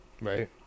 Right